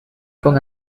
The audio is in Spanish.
con